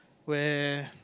where